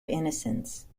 innocence